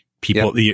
People